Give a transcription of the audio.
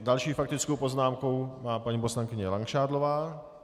Další faktickou poznámku má paní poslankyně Langšádlová.